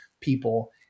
people